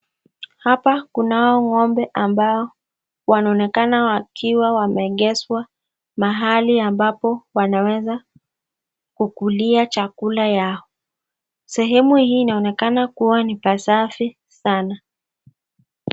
Hapa kunao ng'ombe ambao wanaonekana wakiwa wameegeshwa mahali ambapo wanaweza kukulia chakula yao. Sehemu hii inaonekana kuwa ni safi sana.